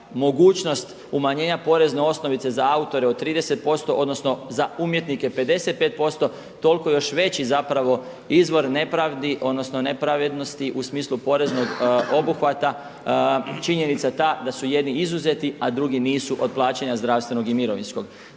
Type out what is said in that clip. mogućnost umanjenja porezne osnovice za autore od 30% odnosno za umjetnike 55% toliko još veći zapravo izvor nepravdi odnosno nepravednosti u smislu poreznog obuhvata činjenica ta da su jedni izuzeti a drugi nisu od plaćanja zdravstvenog i mirovinskog.